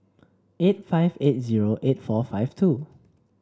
eight five eight zero eight four five two